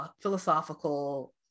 philosophical